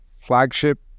flagship